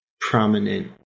prominent